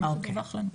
זה מה שדווח לנו.